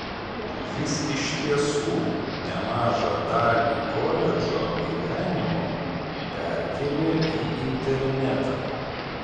jis iš tiesų nemažą dalį koledžo gyvenimo perkėlė į internetą